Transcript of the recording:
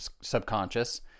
subconscious